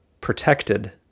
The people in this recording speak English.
protected